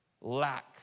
Lack